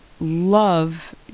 love